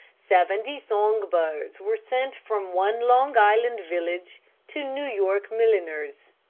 seventy song-birds were sent from one long island village to new york milliners.